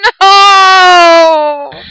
no